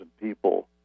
people